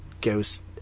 ghost